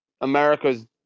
America's